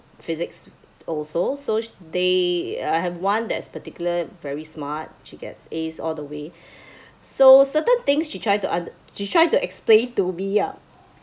physics also so they I have one that's particular very smart she gets as all the way so certain things she tried to under~ she tried to explain to me ya